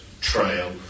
trail